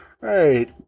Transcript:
Right